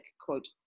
quote